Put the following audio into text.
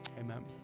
Amen